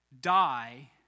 die